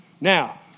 Now